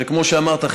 שכמו שאמרת,